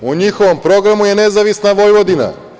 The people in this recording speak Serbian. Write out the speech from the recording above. U njihovom programu je nezavisna Vojvodina.